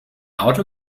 auto